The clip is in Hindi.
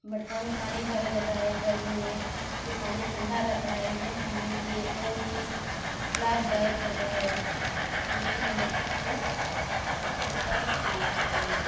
मटके में पानी भरा जाता है गर्मी में जो पानी ठंडा रहता है हमें पीने के लिए बहुत ही लाभदायक होता है जो कि हम अच्छे से उसका इस्तेमाल करते हैं